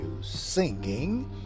singing